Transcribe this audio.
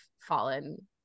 fallen